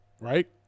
right